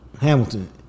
Hamilton